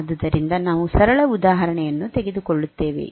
ಆದ್ದರಿಂದ ನಾವು ಸರಳ ಉದಾಹರಣೆಯನ್ನು ತೆಗೆದುಕೊಳ್ಳುತ್ತೇವೆ